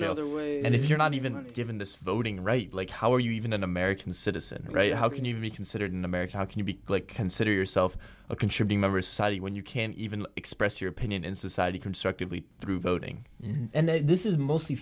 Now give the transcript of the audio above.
no other way and if you're not even given this voting rights like how are you even an american citizen right how can you be considered an american how can you be like consider yourself a can should be member of society when you can't even express your opinion in society constructively through voting and this is mostly